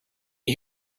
you